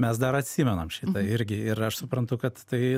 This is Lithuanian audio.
mes dar atsimenam šitą irgi ir aš suprantu kad tai